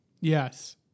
Yes